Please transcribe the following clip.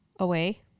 away